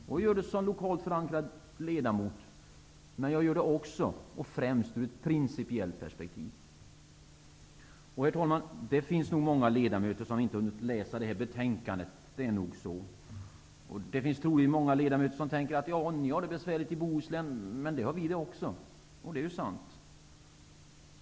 Jag gör det som lokalt förankrad ledamot, men jag gör det också, och kanske främst, ur ett principiellt perspektiv. Herr talman! Det är nog många ledamöter som inte har hunnit läsa betänkandet. Det finns troligen många ledamöter som tänker: Visst har ni det besvärligt i Bohuslän, men det har vi också. Det är ju sant.